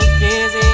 busy